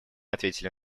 ответили